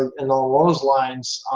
ah in ah ah those lines,